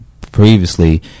previously